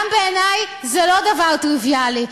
גם בעיני זה לא דבר טריוויאלי.